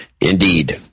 Indeed